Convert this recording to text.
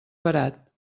barat